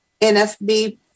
NFB